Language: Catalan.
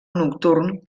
nocturn